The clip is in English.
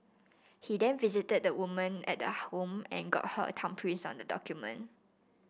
he then visited the woman at the home and got her thumbprints on the document